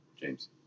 James